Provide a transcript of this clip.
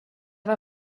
war